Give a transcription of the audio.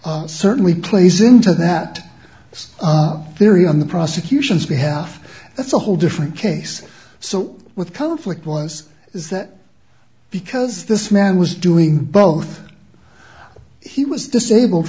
certainly plays into that theory on the prosecution's behalf that's a whole different case so with conflict was is that because this man was doing both he was disabled